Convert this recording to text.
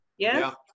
Yes